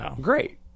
great